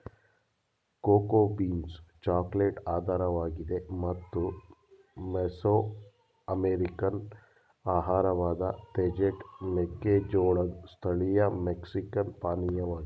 cocoa beans chocolate ಆಧಾರವಾಗಿದೆ ಮತ್ತು Mesoamerican ಆಹಾರವಾದ ತೇಜಟೆ ಮೆಕ್ಕೆಜೋಳದ್ ಸ್ಥಳೀಯ ಮೆಕ್ಸಿಕನ್ ಪಾನೀಯವಾಗಿದೆ